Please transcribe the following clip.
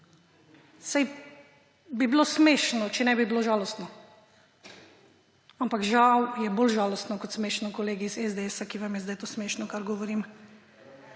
Saj bi bilo smešno, če ne bi bilo žalostno. Ampak žal je bolj žalostno kot smešno, kolegi iz SDS, ki vam je zdaj to smešno, kar govorim.